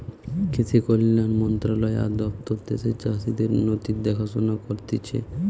কৃষি কল্যাণ মন্ত্রণালয় আর দপ্তর দ্যাশের চাষীদের উন্নতির দেখাশোনা করতিছে